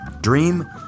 Dream